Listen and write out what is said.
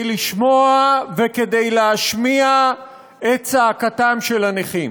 לשמוע וכדי להשמיע את צעקתם של הנכים.